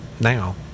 now